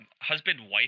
husband-wife